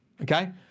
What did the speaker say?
Okay